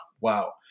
wow